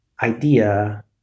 Idea